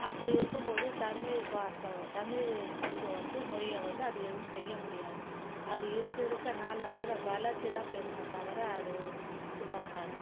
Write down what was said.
அப்படி இருக்கும்போது தமிழ் பார்த்தவு தமிழ் இதை வந்து மொழியை வந்து அது எதுவும் செய்ய முடியாது அது இருக்க இருக்க நாளடைவில் வளர்ச்சி தான் பெறுமே தவிர அது இதுவாகாது